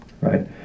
right